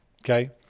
Okay